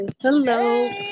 Hello